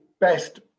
best